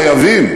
אנחנו חייבים,